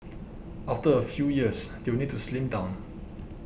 after a few years they will need to slim down